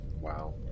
wow